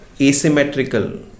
asymmetrical